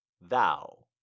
thou